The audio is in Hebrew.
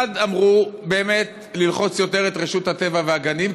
דבר אחד אמרו: ללחוץ יותר את רשות הטבע והגנים,